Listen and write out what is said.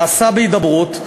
נעשה בהידברות,